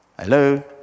Hello